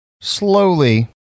slowly